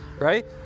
Right